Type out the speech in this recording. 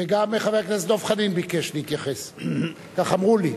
וגם חבר הכנסת דב חנין ביקש להתייחס, כך אמרו לי.